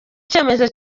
icyemezo